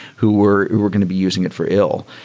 who were who were going to be using it for ill.